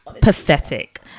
pathetic